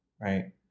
right